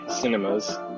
Cinemas